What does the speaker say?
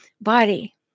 body